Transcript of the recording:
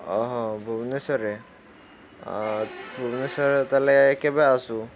ଓହୋ ଭୁବନେଶ୍ୱରରେ ଭୁବନେଶ୍ୱର ତା'ହେଲେ କେବେ ଆସବୁ